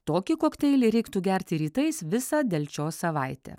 tokį kokteilį reiktų gerti rytais visą delčios savaitę